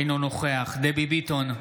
אינו נוכח דבי ביטון,